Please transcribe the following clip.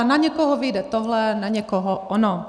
Na někoho vyjde tohle, na někoho ono.